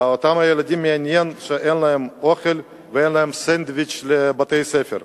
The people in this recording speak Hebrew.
את אותם ילדים מעניין שאין להם אוכל ואין להם סנדוויץ' לבתי-הספר.